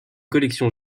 collection